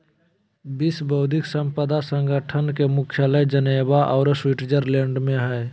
विश्व बौद्धिक संपदा संगठन के मुख्यालय जिनेवा औरो स्विटजरलैंड में हइ